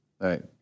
Right